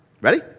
Ready